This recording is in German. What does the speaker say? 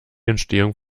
entstehung